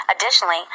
Additionally